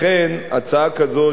לכן הצעה כזו,